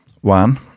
one